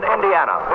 Indiana